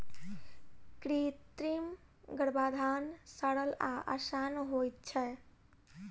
कृत्रिम गर्भाधान सरल आ आसान होइत छै